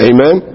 Amen